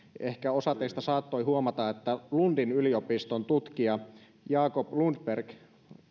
ehkä osa teistä saattoi huomata että lundin yliopiston tutkija jakob lundberg